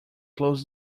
close